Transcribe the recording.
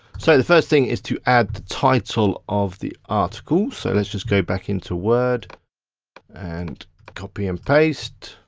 so the first thing is to add the title of the article. so let's just go back into word and copy and paste.